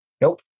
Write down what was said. Nope